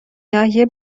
ناحیه